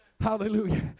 Hallelujah